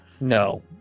No